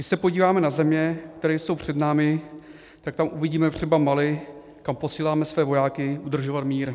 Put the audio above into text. Když se podíváme na země, které jsou před námi, tak tam uvidíme třeba Mali, kam posíláme své vojáky udržovat mír.